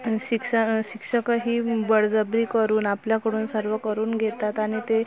शिक्षा शिक्षकही बळजबरी करून आपल्याकडून सर्व करून घेतात आणि ते